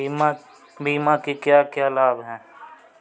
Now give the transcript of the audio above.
बीमा के क्या क्या लाभ हैं?